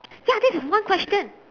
ya this is one question